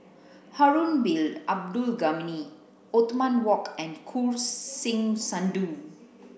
Harun Bin Abdul Ghani Othman Wok and Choor Singh Sidhu